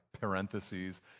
parentheses